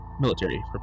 military